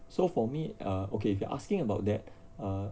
so for me err okay if you are asking about that uh